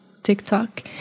TikTok